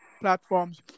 platforms